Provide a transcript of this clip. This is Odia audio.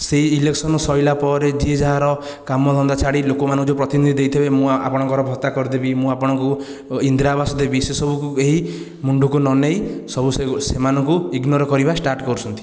ସେହି ଇଲେକ୍ସନ ସରିଲା ପରେ ଯିଏ ଯାହାର କାମ ଧନ୍ଦା ଛାଡ଼ି ଲୋକମାନଙ୍କୁ ଯେଉଁ ପ୍ରତିନିଧି ଦେଇଥିବେ ମୁଁ ଆପଣଙ୍କର ଭତ୍ତା କରିଦେବି ମୁଁ ଆପଣଙ୍କୁ ଇନ୍ଦ୍ରାବାସ ଦେବି ସେ ସବୁକୁ କେହି ମୁଣ୍ଡକୁ ନ ନେଇ ସବୁ ସେମାନଙ୍କୁ ଇଗ୍ନୋର କରିବା ଷ୍ଟାର୍ଟ କରୁଛନ୍ତି